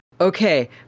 okay